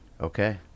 Okay